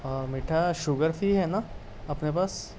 اور میٹھا sugar free ہے نا اپنے پاس